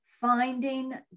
finding